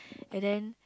and then